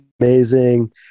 amazing